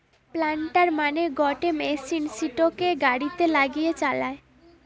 planter মানে গটে machine সিটোকে গাড়িতে লাগিয়ে চালায়